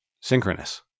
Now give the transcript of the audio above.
Synchronous